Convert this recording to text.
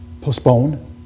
postpone